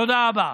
תודה רבה.